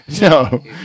No